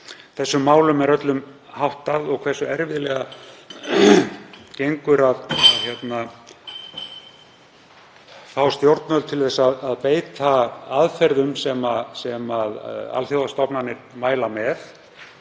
þessum málum er öllum háttað og hversu erfiðlega gengur að fá stjórnvöld til að beita aðferðum sem alþjóðastofnanir mæla með,